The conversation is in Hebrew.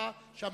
אתם.